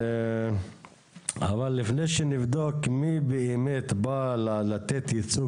אבל לפני שנבדוק מי באמת בא לתת ייצוג